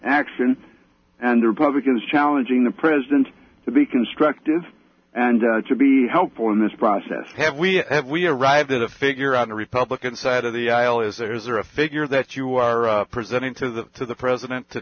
action and the republicans challenging the president to be constructive and to be helpful in this process have we have we arrived at a figure on the republican side of the aisle as there is or a figure that you are presenting to the to the president to